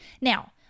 now